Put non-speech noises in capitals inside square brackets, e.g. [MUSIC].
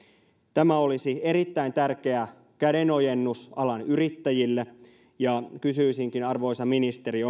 tämä olisi erittäin tärkeä kädenojennus alan yrittäjille ja kysyisinkin arvoisa ministeri [UNINTELLIGIBLE]